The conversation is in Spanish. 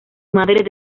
madre